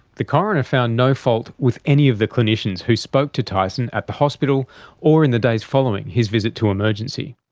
the coroner found no fault with any of the clinicians who spoke to tyson at the hospital or in the days following his visit to emergency.